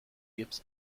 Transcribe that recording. gips